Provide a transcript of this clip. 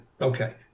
okay